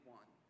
one